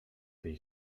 tej